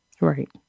Right